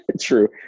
True